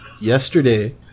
yesterday